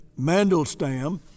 Mandelstam